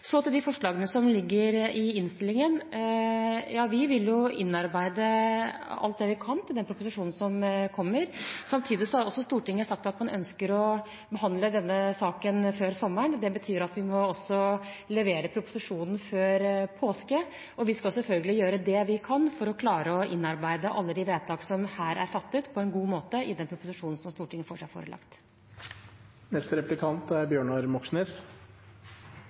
Så til de forslagene som ligger i innstillingen. Ja, vi vil innarbeide alt det vi kan i den proposisjonen som kommer. Samtidig har Stortinget sagt at man ønsker å behandle denne saken før sommeren. Det betyr at vi må levere proposisjonen før påske. Vi skal selvfølgelig gjøre det vi kan for å innarbeide alle de vedtak som her er fattet, på en god måte i den proposisjonen som Stortinget får seg forelagt. Høyre er